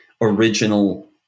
original